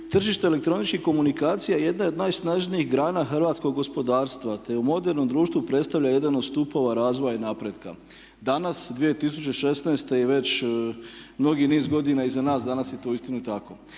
tržište elektroničkih komunikacija jedna je od najsnažnijih grana hrvatskog gospodarstva, te u modernom društvu predstavlja jedan od stupova razvoja i napretka. Danas 2016. i već mnogi niz godina iza nas, danas je to uistinu tako.